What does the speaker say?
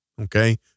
okay